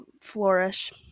Flourish